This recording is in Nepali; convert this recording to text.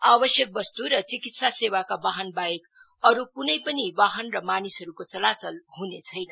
आवश्यक बस्तु र चिकित्सा सेवाका बाहनवाहेक अरू क्नै पनि बाहन र मानिसहरूको चलाचल ह्ने छैन